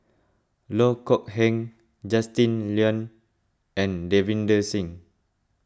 Loh Kok Heng Justin Lean and Davinder Singh